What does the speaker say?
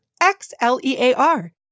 X-L-E-A-R